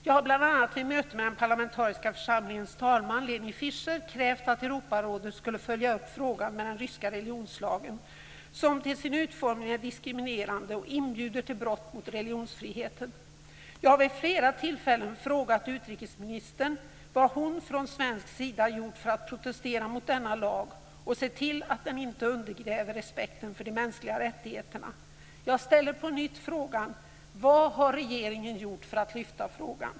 Jag har bl.a. vid möte med den parlamentariska församlingens talman Leni Fischer krävt att Europarådet skall följa upp frågan om den ryska religionslagen, som till sin utformning är diskriminerande och inbjuder till brott mot religionsfriheten. Jag har vid flera tillfällen frågat utrikesministern vad hon från svensk sida gjort för att protestera mot denna lag och se till att den inte undergräver respekten för de mänskliga rättigheterna. Jag undrar på nytt: Vad har regeringen gjort för att lyfta fram frågan?